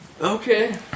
okay